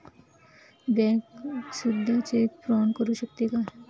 Bank सुद्धा cheque fraud करू शकते का?